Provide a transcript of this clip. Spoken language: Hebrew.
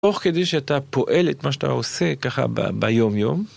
תוך כדי שאתה פועל את מה שאתה עושה ככה ביום יום.